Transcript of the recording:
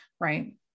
right